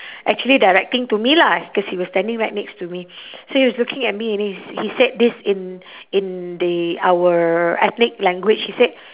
actually directing to me lah cause he was standing right next to me so he was looking at me and then he's he said this in in the our ethnic language he said